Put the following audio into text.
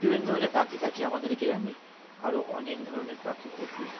বিভিন্ন ধরনের পাখি থাকে আমাদের গ্রামে আরও অনেক ধরনের পাখি পশু